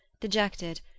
dejected